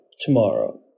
tomorrow